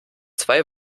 zwei